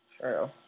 True